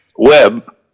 Web